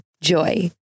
JOY